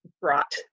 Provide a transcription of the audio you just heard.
brought